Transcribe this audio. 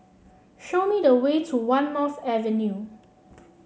show me the way to One North Avenue